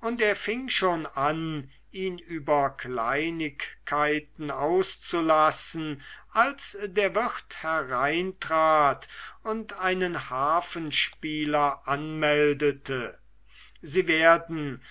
und er fing schon an ihn über kleinigkeiten auszulassen als der wirt hereintrat und einen harfenspieler anmeldete sie werden